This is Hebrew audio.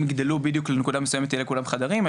יגדלו בדיוק לנקודה מסוימת ויהיו לכולם חדרים,